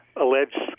alleged